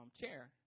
chair